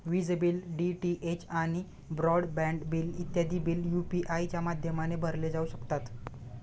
विज bill, DTH आणि broadband bill इत्यादी बिल यू.पी.आय च्या माध्यमाने भरले जाऊ शकतात